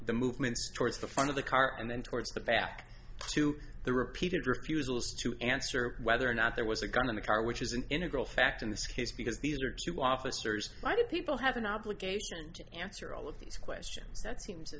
the movements towards the front of the car and then towards the back to the repeated refusals to answer whether or not there was a gun in the car which is an integral fact in this case because these are two officers why do people have an obligation to answer all of these questions that seems